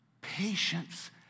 patience